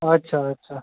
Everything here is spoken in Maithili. अच्छा अच्छा